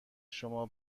شما